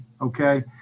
okay